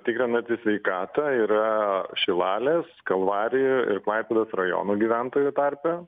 tikrinantis sveikatą yra šilalės kalvarijų ir klaipėdos rajonų gyventojų tarpe